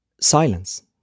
Silence